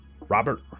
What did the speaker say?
Robert